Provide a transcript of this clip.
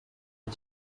iki